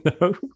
No